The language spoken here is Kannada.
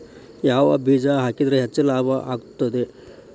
ಯಾವ ಬೇಜ ಹಾಕಿದ್ರ ಹೆಚ್ಚ ಲಾಭ ಆಗುತ್ತದೆ?